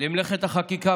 למלאכת החקיקה,